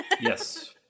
Yes